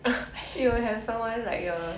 you will have someone like your